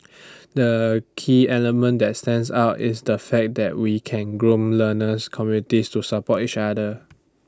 the key element that stands out is the fact that we can groom learner's communities to support each other